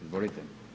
Izvolite.